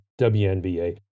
WNBA